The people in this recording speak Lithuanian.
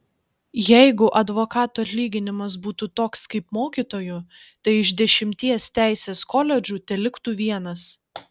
jeigu advokatų atlyginimas būtų toks kaip mokytojų tai iš dešimties teisės koledžų teliktų vienas